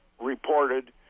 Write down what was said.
reported